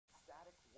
static